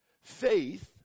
Faith